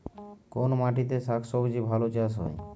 কোন মাটিতে শাকসবজী ভালো চাষ হয়?